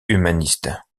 humaniste